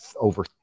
over